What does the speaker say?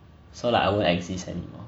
so like I won't exist anymore